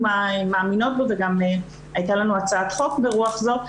מאמינות בו וגם הייתה לנו הצעת חוק ברוח זאת,